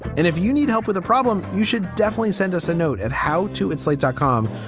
and if you need help with a problem, you should definitely send us a note at how to insulate dotcom.